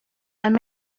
and